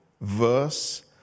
verse